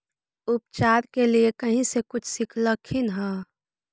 उपचार के लीये कहीं से कुछ सिखलखिन हा?